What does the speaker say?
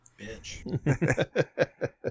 bitch